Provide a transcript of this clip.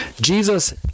Jesus